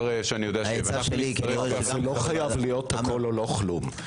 לא חייב להיות הכול או לא כלום.